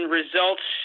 results